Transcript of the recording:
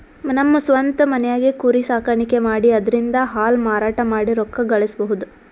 ನಮ್ ಸ್ವಂತ್ ಮನ್ಯಾಗೆ ಕುರಿ ಸಾಕಾಣಿಕೆ ಮಾಡಿ ಅದ್ರಿಂದಾ ಹಾಲ್ ಮಾರಾಟ ಮಾಡಿ ರೊಕ್ಕ ಗಳಸಬಹುದ್